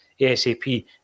ASAP